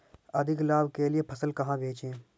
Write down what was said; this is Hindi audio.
अधिक लाभ के लिए फसल कहाँ बेचें?